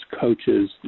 coaches